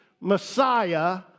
Messiah